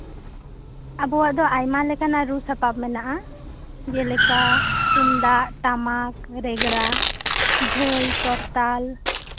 ᱟᱵᱚᱣᱟᱜ ᱫᱚ ᱟᱭᱢᱟ ᱞᱮᱠᱟᱱᱟᱜ ᱨᱩ ᱥᱟᱯᱟᱯ ᱢᱮᱱᱟᱜ ᱛᱟᱵᱚᱱᱟ ᱡᱮᱞᱮᱠᱟ ᱛᱩᱢᱫᱟᱜ ᱴᱟᱢᱟᱠ ᱨᱮᱜᱽᱲᱟ ᱡᱷᱟᱹᱭ ᱠᱚᱨᱛᱟᱞ